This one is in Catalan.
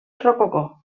rococó